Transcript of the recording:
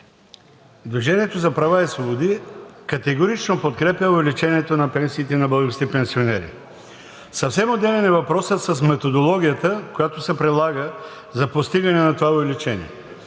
„Движение за права и свободи“ категорично подкрепя увеличението на пенсиите на българските пенсионери. Съвсем отделен е въпросът с методологията, която се прилага за постигане на това увеличение.